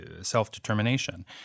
self-determination